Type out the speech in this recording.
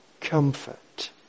comfort